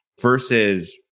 versus